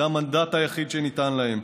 זה המנדט היחיד שניתן להם.